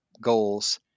goals